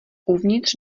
uvnitř